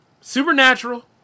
supernatural